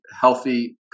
healthy